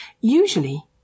Usually